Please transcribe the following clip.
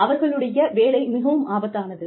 அவர்களுடைய வேலை மிகவும் ஆபத்தானது